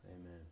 Amen